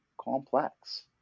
complex